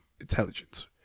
intelligence